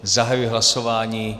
Zahajuji hlasování.